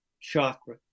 chakra